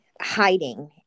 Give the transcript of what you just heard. hiding